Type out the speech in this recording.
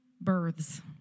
births